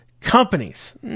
companies